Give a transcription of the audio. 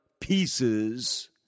pieces